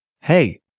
Hey